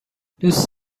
دوست